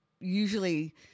usually